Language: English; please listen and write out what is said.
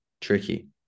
tricky